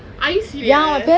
are you serious